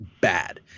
bad